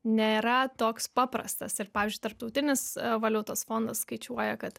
nėra toks paprastas ir pavyzdžiui tarptautinis valiutos fondas skaičiuoja kad